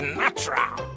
natural